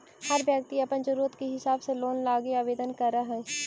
हर व्यक्ति अपन ज़रूरत के हिसाब से लोन लागी आवेदन कर हई